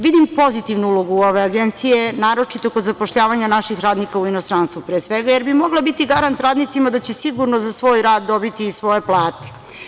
Vidim pozitivnu ulogu ove agencije, naročito kod zapošljavanja naših radnika u inostranstvu, pre svega, jer bi mogla biti garant radnicima da će sigurno za svoj rad dobiti i svoje plate.